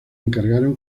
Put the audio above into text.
encargaron